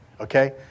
Okay